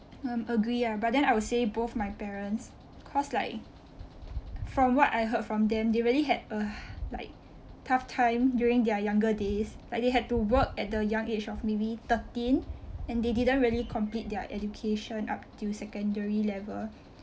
um agree ah but then I would say both my parents cause like from what I heard from them they really had a like tough time during their younger days like they had to work at the young age of maybe thirteen and they didn't really complete their education up to secondary level